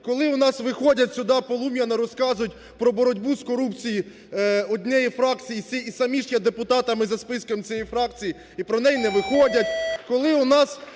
Коли у нас виходять сюди, полум'яно розказують про боротьбу з корупцією однієї фракції, і самі ж є депутатами за списком цієї фракції, і про неї не виходять,